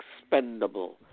expendable